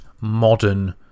modern